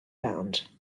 bound